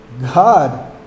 God